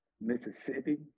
Mississippi